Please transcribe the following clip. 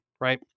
right